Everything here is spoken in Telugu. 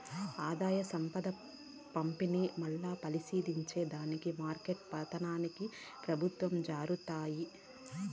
ఆదాయం, సంపద పంపిణీ, మల్లా పరిశీలించే దానికి మార్కెట్ల పతనానికి పెబుత్వం జారబడతాది